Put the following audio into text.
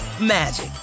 magic